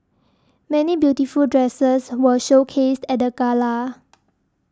many beautiful dresses were showcased at the gala